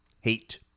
Hate